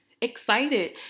excited